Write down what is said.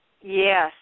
Yes